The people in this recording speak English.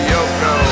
Yoko